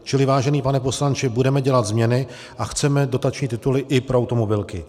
Čili vážený pane poslanče, budeme dělat změny a chceme dotační tituly i pro automobilky.